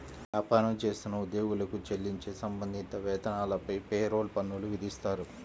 వ్యాపారం చేస్తున్న ఉద్యోగులకు చెల్లించే సంబంధిత వేతనాలపై పేరోల్ పన్నులు విధిస్తారు